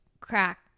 crack